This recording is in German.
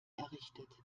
errichtet